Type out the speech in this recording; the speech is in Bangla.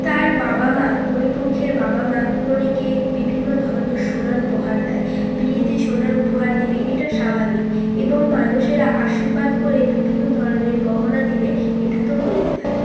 তার বাবা মা কনে পক্ষের বাবা মা কনেকে বিভিন্ন ধরনের সোনার উপহার দেয় বিয়েতে সোনার উপহার দিবে এটা স্বাভাবিক এবং মানুষেরা আশীর্বাদ করে বিভিন্ন ধরনের গহনা দিবে এটা তো হয়েই থাকে